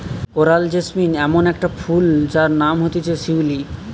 coral jasmine ইমন একটা ফুল যার নাম হতিছে শিউলি